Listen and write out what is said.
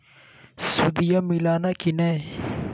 सुदिया मिलाना की नय?